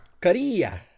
Korea